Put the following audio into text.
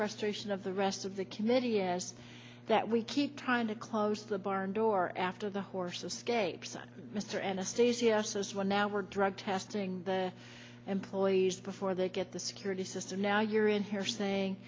frustration of the rest of the committee is that we keep trying to close the barn door after the horses scapes on mr anastasia those well now we're drug testing the employees before they get the security system now you're in here saying